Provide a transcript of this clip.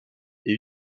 est